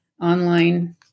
online